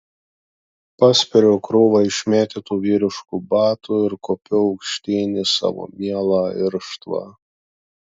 paspiriu krūvą išmėtytų vyriškų batų ir kopiu aukštyn į savo mielą irštvą